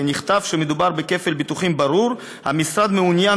נכתב שמדובר בכפל ביטוחים ברור: המשרד מעוניין